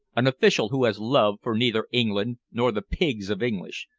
an official who has love for neither england nor the pigs of english.